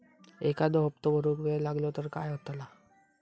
एखादो हप्तो भरुक वेळ लागलो तर काय होतला?